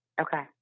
Okay